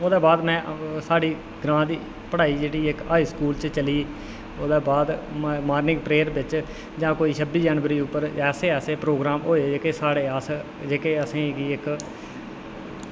ओह्दे बाद में साढ़े ग्रांऽ दी पढ़ाई जेह्की इक हाई स्कूल च चली ओह्दै बाद मार्निंग प्रेयर बिच्च जां कोई छब्बी जनवरी उप्पर ऐसे ऐसे प्रोग्राम होए जेह्के असेंगी इक